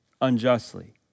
unjustly